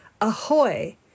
ahoy